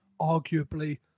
arguably